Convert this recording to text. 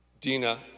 Dina